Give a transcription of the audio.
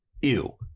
ew